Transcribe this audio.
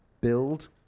build